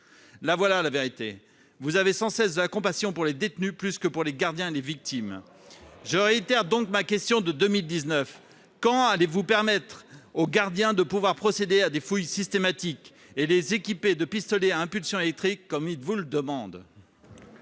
» Voilà la vérité ! Vous avez sans cesse de la compassion pour les détenus, en tout cas plus que pour les gardiens et les victimes ! Je réitère donc ma question de 2019 : quand allez-vous permettre aux gardiens d'effectuer des fouilles systématiques et les équiper de pistolets à impulsion électrique comme ils vous le demandent ?